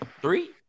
three